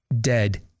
dead